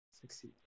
succeed